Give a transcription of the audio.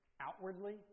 outwardly